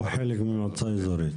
הוא חלק ממועצה אזורית.